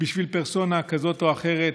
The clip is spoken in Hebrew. בשביל פרסונה כזאת או אחרת.